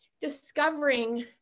discovering